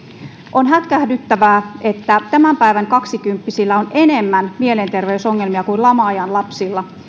on hätkähdyttävää että tämän päivän kaksikymppisillä on enemmän mielenterveysongelmia kuin lama ajan lapsilla